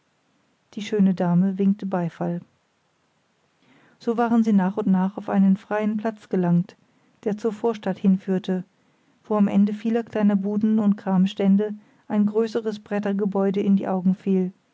die schöne dame winkte beifall so waren sie nach und nach auf einen freiern platz gelangt der zur vorstadt hinführte wo am ende vieler kleiner buden und kramstände ein größeres brettergebäude in die augen fiel